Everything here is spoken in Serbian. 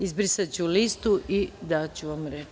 Izbrisaću listu i daću vam reč.